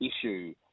issue